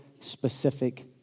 specific